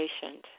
patient